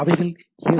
அவைகள் எஸ்